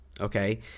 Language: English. okay